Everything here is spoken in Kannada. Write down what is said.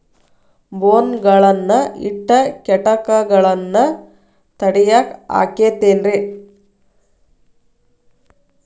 ಬೋನ್ ಗಳನ್ನ ಇಟ್ಟ ಕೇಟಗಳನ್ನು ತಡಿಯಾಕ್ ಆಕ್ಕೇತೇನ್ರಿ?